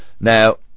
now